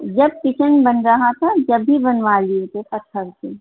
جب کچن بن رہا تھا جب بھی بنوا لیے تھے پتھر سے